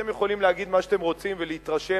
אתם יכולים להגיד מה שאתם רוצים ולהתרשם